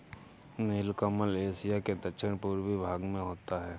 नीलकमल Asia के दक्षिण पूर्वी भाग में होता है